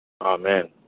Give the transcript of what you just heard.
Amen